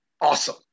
awesome